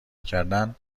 کردن